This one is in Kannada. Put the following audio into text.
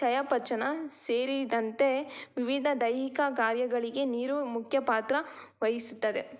ಚಯಾಪಚಯ ಸೇರಿದಂತೆ ವಿವಿಧ ದೈಹಿಕ ಕಾರ್ಯಗಳಿಗೆ ನೀರು ಮುಖ್ಯ ಪಾತ್ರ ವಹಿಸುತ್ತದೆ